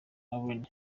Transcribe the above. allen